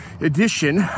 edition